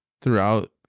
throughout